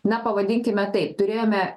na pavadinkime taip turėjome